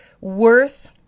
worth